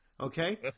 Okay